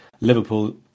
Liverpool